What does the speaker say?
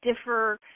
differ